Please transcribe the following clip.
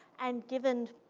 and given